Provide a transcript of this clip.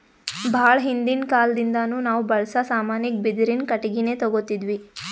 ಭಾಳ್ ಹಿಂದಿನ್ ಕಾಲದಿಂದಾನು ನಾವ್ ಬಳ್ಸಾ ಸಾಮಾನಿಗ್ ಬಿದಿರಿನ್ ಕಟ್ಟಿಗಿನೆ ತೊಗೊತಿದ್ವಿ